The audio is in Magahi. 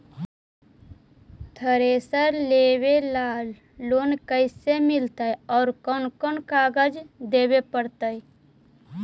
थरेसर लेबे ल लोन कैसे मिलतइ और कोन कोन कागज देबे पड़तै?